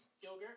yogurt